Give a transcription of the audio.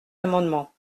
amendement